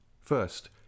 First